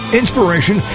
inspiration